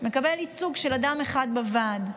מקבל ייצוג של אדם אחד בוועד.